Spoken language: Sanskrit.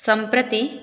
सम्प्रति